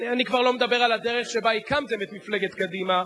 אני כבר לא מדבר על הדרך שבה הקמתם את מפלגת קדימה.